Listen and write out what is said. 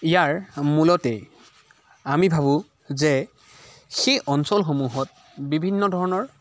ইয়াৰ মূলতেই আমি ভাবোঁ যে সেই অঞ্চলসমূহত বিভিন্ন ধৰণৰ